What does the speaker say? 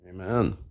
Amen